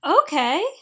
okay